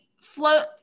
Float